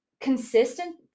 consistent